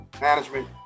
management